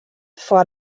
foar